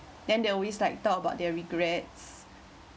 then they always like talk about their regrets